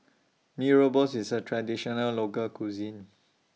Mee Rebus IS A Traditional Local Cuisine